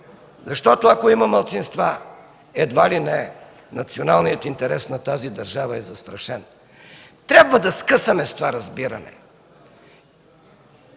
защото ако има малцинства, едва ли не националният интерес на тази държава, е застрашен. Трябва да скъсаме с това разбиране!